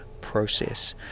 process